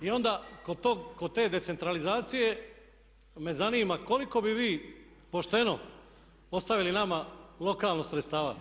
I onda kod tog, kod te decentralizacije me zanima koliko bi vi pošteno ostavili nama lokalno sredstava.